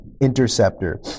Interceptor